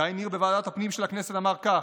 גיא ניר בוועדת הפנים של הכנסת אמר כך: